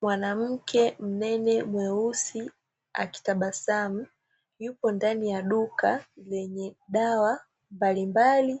Mwanamke mnene mweusi akitabasamu, yupo ndani ya duka lenye dawa mbalimbali